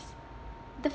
the